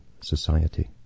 Society